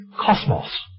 cosmos